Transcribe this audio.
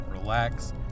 relax